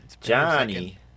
Johnny